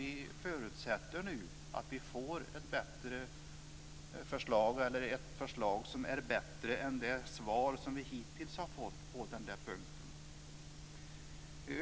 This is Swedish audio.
Vi förutsätter nu att det kommer ett förslag som är bättre än det svar som vi hittills har fått på den här punkten.